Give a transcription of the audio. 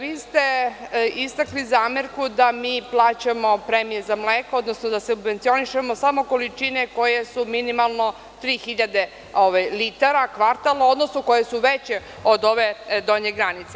Vi ste istakli zamerku da mi plaćamo premije za mleko, odnosno da subvencionišemo samo količine koje su minimalno 3000 litara kvartalno, odnosno koje su veće od ove donje granice.